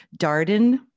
Darden